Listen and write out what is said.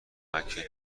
کمکت